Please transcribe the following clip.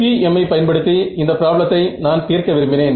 FEM ஐ பயன்படுத்தி இந்த ப்ராப்ளத்தை நான் தீர்க்க விரும்பினேன்